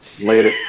Later